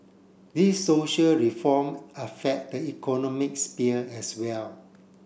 these social reform affect the economics sphere as well